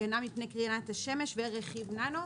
הגנה מפני קרינת השמש ורכיב ננו,